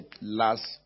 last